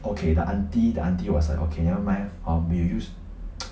okay the aunty the aunty was like okay nevermind um you use